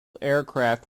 aircraft